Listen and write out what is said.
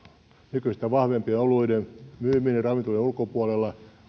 nykyistä vahvempien oluiden myyminen ravintoloiden ulkopuolella